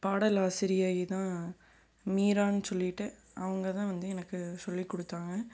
பாடல் ஆசிரியை தான் மீரான்னு சொல்லிட்டு அவங்கள் தான் வந்து எனக்கு சொல்லிக் கொடுத்தாங்க